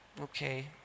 okay